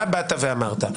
מה אמרת?